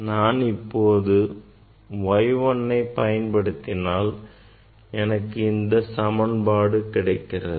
நான் இப்போது Y 1ஐ பயன்படுத்தினால் எனக்கு இந்த சமன்பாடு கிடைக்கிறது